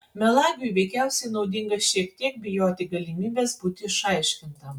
melagiui veikiausiai naudinga šiek tiek bijoti galimybės būti išaiškintam